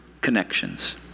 Connections